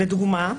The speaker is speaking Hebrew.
לדוגמה,